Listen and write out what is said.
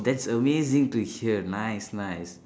that's amazing to hear nice nice